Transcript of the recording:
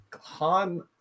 Han